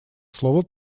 слово